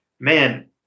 man